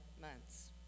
months